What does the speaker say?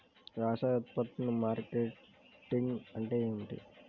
వ్యవసాయ ఉత్పత్తుల మార్కెటింగ్ అంటే ఏమిటి?